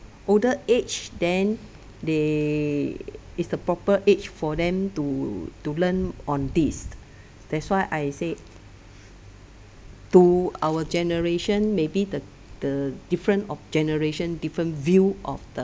older age then they is the proper age for them to to learn on this that's why I said to our generation maybe the the different of generation different view of the